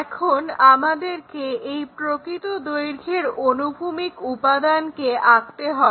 এখন আমাদেরকে এই প্রকৃত দৈর্ঘ্যের অনুভূমিক উপাদানকে আঁকতে হবে